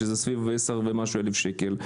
שזה בערך 10,000 אלף שקל,